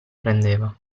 prendeva